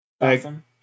Awesome